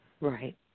Right